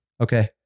okay